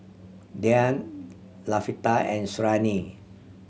Dian Latifa and Suriani